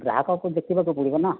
ଗ୍ରାହକକୁ ଦେଖିବାକୁ ପଡ଼ିବ ନା